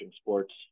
sports